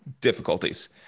difficulties